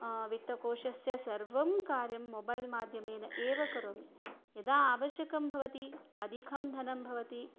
वित्तकोशस्य सर्वं कार्यं मोबैल् माध्यमेन एव करोमि यदा आवश्यकं भवति अधिकं धनं भवति